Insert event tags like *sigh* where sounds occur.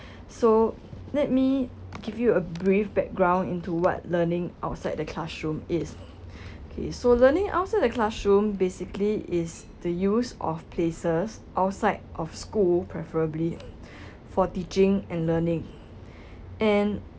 so let me give you a brief background into what learning outside the classroom is *breath* okay so learning outside the classroom basically is the use of places outside of school preferably *breath* for teaching and learning and